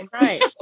Right